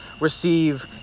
receive